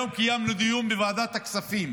היום קיימנו דיון בוועדת הכספים